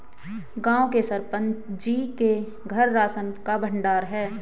गांव के सरपंच जी के घर राशन का भंडार है